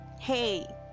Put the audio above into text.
hey